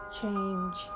change